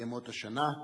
בימות השנה,